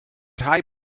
rhai